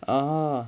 oh